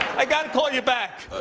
i got to call you back.